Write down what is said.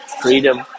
freedom